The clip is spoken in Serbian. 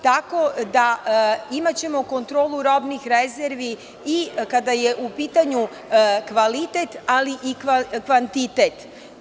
Tako da imaćemo kontrolu robnih rezervi i kada je u pitanju kvalitet, ali i kvantitet.